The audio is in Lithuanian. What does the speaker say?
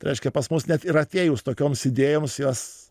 reiškia pas mus net ir atėjus tokioms idėjoms jos